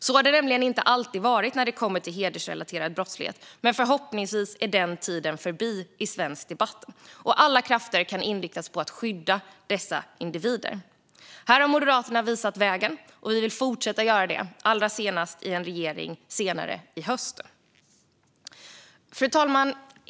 Så har det nämligen inte alltid varit när det kommer till hedersrelaterad brottslighet. Men förhoppningsvis är den tiden förbi i svensk debatt, så att alla krafter kan inriktas på att skydda dessa individer. Här har Moderaterna visat vägen, och vi vill fortsätta att göra det - allra senast i en regering senare i höst. Fru talman!